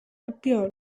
appeared